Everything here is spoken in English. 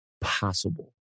possible